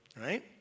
Right